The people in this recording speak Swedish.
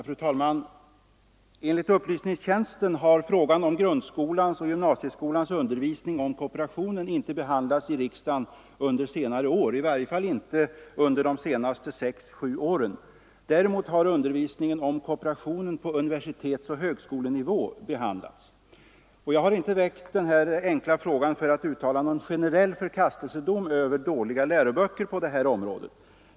Fru talman! Enligt upplysningstjänsten har frågan om grundskolans och gymnasieskolans undervisning om kooperationen inte behandlats i riksdagen under senare år, i varje fall inte under de senaste sex sju åren. Däremot har undervisningen om kooperationen på universitetsoch högskolenivå behandlats. Jag har inte väckt den här enkla frågan för att uttala någon generell förkastelsedom över dåliga läroböcker på detta område.